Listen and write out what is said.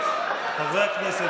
הכנסת